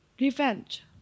revenge